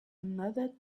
another